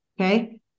okay